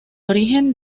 origen